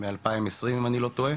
מ- 2020 אם אני לא טועה,